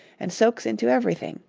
and soaks into everything